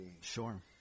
Sure